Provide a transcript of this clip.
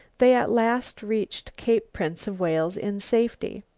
they at last reached cape prince of wales in safety.